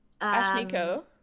Ashniko